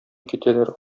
китәләр